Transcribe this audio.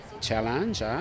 challenge